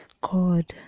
God